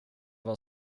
vad